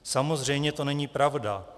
Samozřejmě to není pravda.